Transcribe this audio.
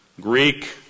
Greek